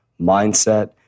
mindset